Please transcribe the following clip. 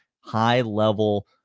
high-level